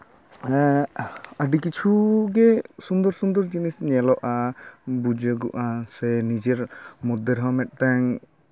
ᱟᱹᱰᱤ ᱠᱤᱪᱷᱩ ᱜᱮ ᱥᱩᱱᱫᱚᱨ ᱥᱩᱱᱫᱚᱨ ᱡᱤᱱᱤᱥ ᱧᱮᱞᱚᱜᱼᱟ ᱵᱩᱡᱩᱜᱚᱜᱼᱟ ᱥᱮ ᱱᱤᱡᱮᱨ ᱢᱚᱫᱽᱫᱷᱮ ᱨᱮᱦᱚᱸ ᱢᱤᱫᱴᱮᱱ